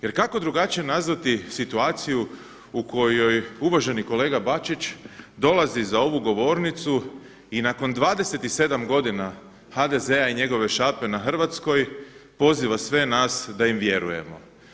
Jer kako drugačije nazvati situaciju u kojoj uvaženi kolega Bačić dolazi za ovu govornicu i nakon 27 godina HDZ-a i njegove šape nad Hrvatskoj poziva sve nas da im vjerujemo.